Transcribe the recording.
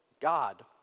God